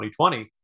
2020